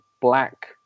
black